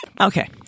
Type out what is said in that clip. Okay